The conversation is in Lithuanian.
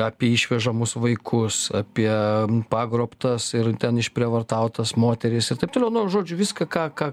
apie išvežamus vaikus apie pagrobtas ir ten išprievartautas moteris ir taip toliau žodžiu viską ką ką